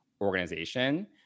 organization